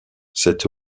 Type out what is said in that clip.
cette